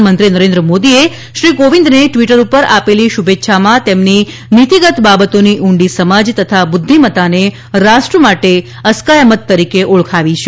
પ્રધાનમંત્રી નરેન્દ્ર મોદીએ શ્રી કોવિંદને ટ્વીટર ઉપર આપેલી શુભેચ્છામાં તેમની નીતિગત બાબતોની ઊંડી સમજ તથા બુધ્ધિમત્તાને રાષ્ટ્ર માટે અસ્કયામત તરીકે ઓળખાવી છે